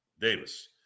Davis